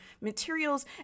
materials